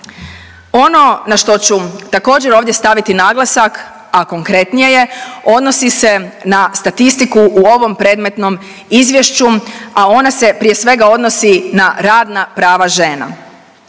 Ono na što ću također, ovdje staviti naglasak, a konkretnije je, odnosi se na statistiku u ovom predmetnom Izvješću, a ona se prije svega odnosi na ravna prava žena.